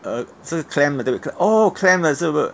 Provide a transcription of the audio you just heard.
uh 是 clam 的对 oh 是 clam 的是